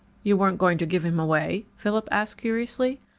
you weren't going to give him away? philip asked curiously.